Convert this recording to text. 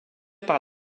par